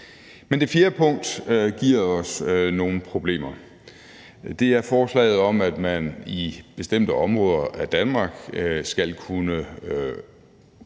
Men det fjerde punkt giver os nogle problemer. Det er forslaget om, at man i bestemte områder af Danmark skal kunne